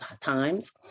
times